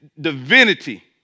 divinity